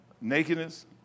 nakedness